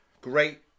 great